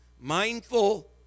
mindful